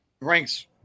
Ranks